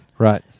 Right